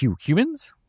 humans